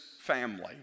family